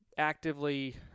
Actively